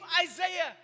Isaiah